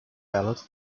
ballot